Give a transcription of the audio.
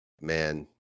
man